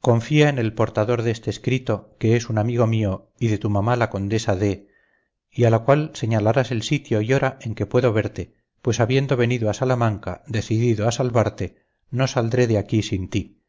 confía en el portador de este escrito que es un amigo mío y de tu mamá la condesa de y al cual señalarás el sitio y hora en que puedo verte pues habiendo venido a salamanca decidido a salvarte no saldré de aquí sin ti